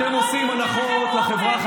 במה אתם באים לקראתנו?